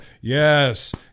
yes